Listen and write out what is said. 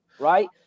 Right